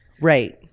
Right